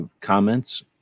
comments